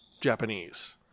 japanese